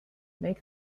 make